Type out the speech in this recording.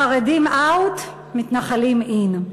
החרדים out, מתנחלים in.